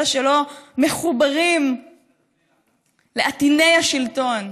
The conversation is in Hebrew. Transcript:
אלה שלא מחוברים לעטיני השלטון.